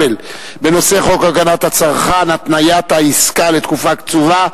איסור התניה בעסקה לתקופה קצובה),